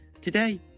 Today